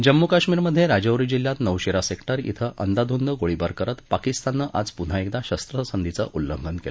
जम्मू काश्मीरमधे राजौरी जिल्ह्यात नौशेरा सेक्टर थिं अंदाधुंद गोळीबार करत पाकिस्ताननं आज पुन्हा एकदा शस्त्रसंधीचं उल्लंघन केलं